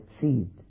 seed